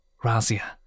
Razia